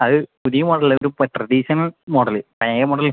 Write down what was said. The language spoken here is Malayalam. അത് പുതിയ മോഡല് ഇത് ഇപ്പം ട്രഡീഷൻ മോഡല് പഴയ മോഡല്